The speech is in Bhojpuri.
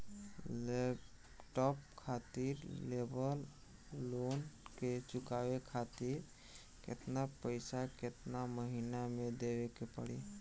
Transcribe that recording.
लैपटाप खातिर लेवल लोन के चुकावे खातिर केतना पैसा केतना महिना मे देवे के पड़ी?